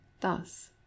thus